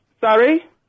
Sorry